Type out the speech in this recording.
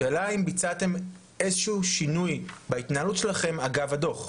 השאלה אם ביצעתם איזשהו שינוי בהתנהלות שלכם אגב הדוח?